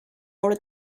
order